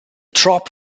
drop